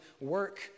work